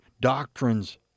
doctrines